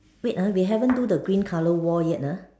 wait ah we haven't do the green colour wall yet uh